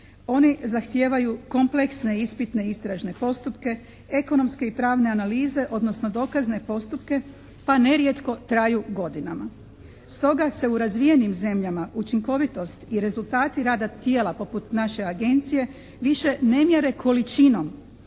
Oni zahtijevaju kompleksne ispitne istražne postupke, ekonomske i pravne analize, odnosno dokazne postupke pa nerijetko traju godinama. Stoga se u razvijenim zemljama učinkovitost i rezultati rada tijela poput naše agencije više ne mjere količinom,